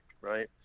right